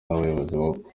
n’ubuyobozi